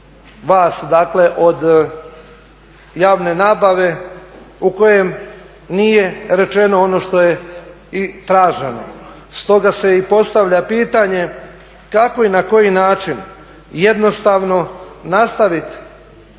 vas, dakle od javne nabave u kojem nije rečeno ono što je traženo. Stoga se i postavlja pitanje kako i na koji način jednostavno nastavit